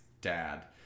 dad